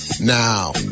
Now